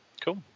Cool